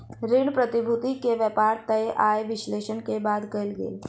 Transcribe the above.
ऋण प्रतिभूति के व्यापार तय आय विश्लेषण के बाद कयल गेल